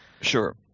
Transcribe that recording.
Sure